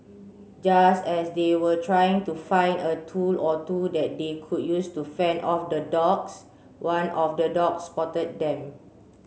just as they were trying to find a tool or two that they could use to fend off the dogs one of the dogs spotted them